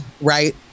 Right